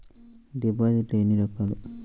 డిపాజిట్లు ఎన్ని రకాలు?